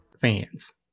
fans